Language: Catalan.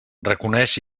reconeix